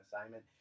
assignment